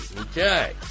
Okay